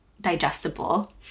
digestible